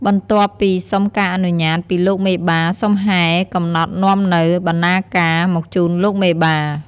បន្ទាប់ពីសុំការអនុញ្ញាត ពីលោកមេបាសុំហែកំណត់នាំនូវ បណ្ណាការមកជូនលោកមេបា។